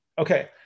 Okay